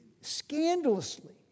scandalously